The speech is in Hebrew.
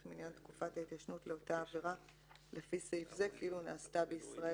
מניין תקופת ההתיישנות לאותה עבירה לפי סעיף זה כאילו נעשתה בישראל".